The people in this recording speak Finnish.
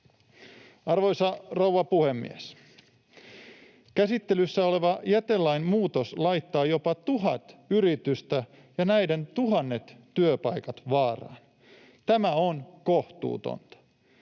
Arvoisa rouva puhemies! Käsittelyssä oleva jätelain muutos laittaa jopa tuhat yritystä ja näiden tuhannet työpaikat vaaraan. Tämä on kohtuutonta.